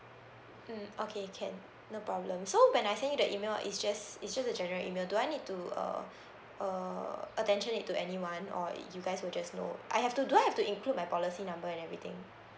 mm okay can no problem so when I send you the email it's just it's just a general email do I need to uh uh attention it to anyone or it you guys will just know I have to do I have to include my policy number and everything